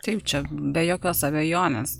taip čia be jokios abejonės